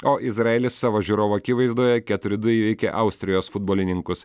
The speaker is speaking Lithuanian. o izraelis savo žiūrovų akivaizdoje keturi du įveikė austrijos futbolininkus